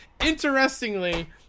Interestingly